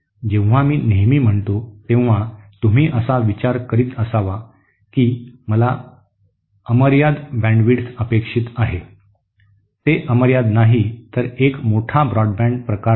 जेव्हा मी नेहमी म्हणतो तेव्हा तुम्ही असा विचार करीत असावा की मला अमर्याद बँडविड्थ अपेक्षित आहे ते अमर्याद नाही तर एक मोठा ब्रॉडबँड प्रकार आहे